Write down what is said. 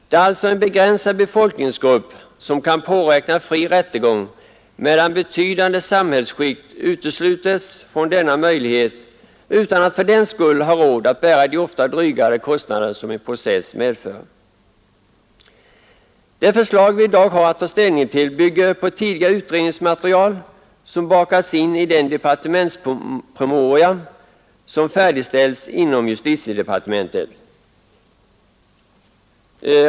Det är alltså en begränsad befolkningsgrupp som kan påräkna fri rättegång, medan betydande samhällsskikt uteslutes från denna möjlighet utan att fördenskull ha råd att bära de ofta dryga kostnader som en process medför. Det förslag vi i dag har att ta ställning till bygger på tidigare utredningsmaterial som bakats in i den departementspromemoria som färdigställts inom justitiedepartementet.